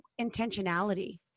intentionality